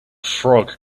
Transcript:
frog